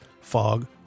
fog